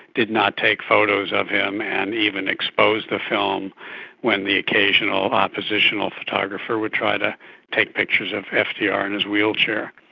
did not take photos of him, and even exposed the film when the occasional oppositional photographer would try to take pictures of fdr in his wheelchair.